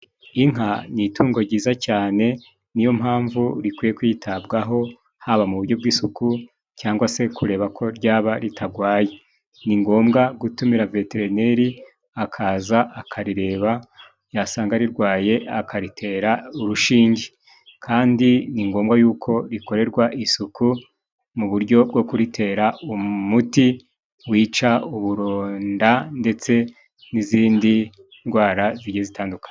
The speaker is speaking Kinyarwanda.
Inka ni itungo jyiza cane, niyo mpamvu rikwiye kwitabwaho haba mu buryo bw'isuku cyangwa se kureba ko ryaba ritagwaye. Ni ngombwa gutumira veterineri akaza akarireba yasanga rirwaye akaritera urushinge. Kandi ni ngombwa yuko rikorerwa isuku mu bujyo bwo kuritera umuti wica uburonda ndetse n'izindi ndwara zigiye zitandukanye.